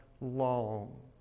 long